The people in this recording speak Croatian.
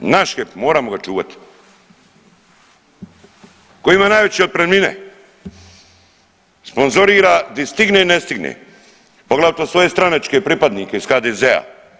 Naš HEP moramo ga čuvati, koji ima najveće otpremnine sponzorira di stigne di ne stigne, poglavito svoje stranačke pripadnike iz HDZ-a.